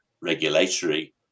regulatory